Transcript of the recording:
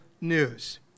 news